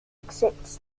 accepts